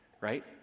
Right